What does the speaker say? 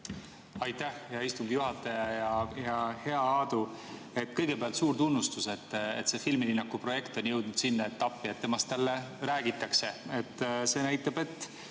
Aitäh, hea istungi juhataja! Hea Aadu! Kõigepealt suur tunnustus, et filmilinnaku projekt on jõudnud sinna etappi, et temast jälle räägitakse. See näitab, et